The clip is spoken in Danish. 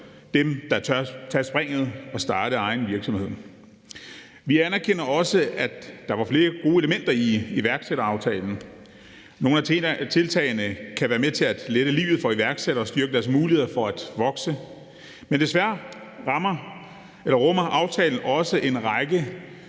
dem, der tør at tage springet og starte egen virksomhed. Vi anerkender også, at der var flere gode elementer i iværksætteraftalen. Nogle af tiltagene kan være med til at lette livet for iværksættere og styrke deres muligheder for at vokse, men desværre rummer aftalen også en række